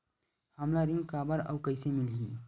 हमला ऋण काबर अउ कइसे मिलही?